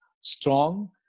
strong